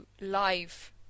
live